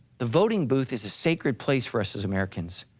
the voting booth is a sacred place for us as americans,